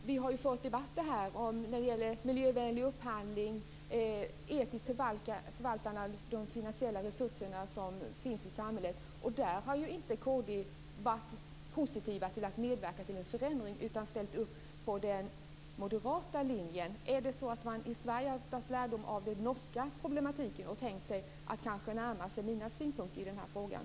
Vi har här fört debatter när det gäller miljövänlig upphandling och etiskt förvaltande av de finansiella resurser som finns i samhället. Där har inte kd varit positivt till att medverka till en förändring utan ställt upp på den moderata linjen. Har man i Sverige tagit lärdom av den norska problematiken och tänkt sig att kanske närma sig mina synpunkter i den här frågan?